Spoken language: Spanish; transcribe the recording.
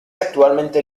actualmente